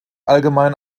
allgemein